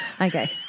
Okay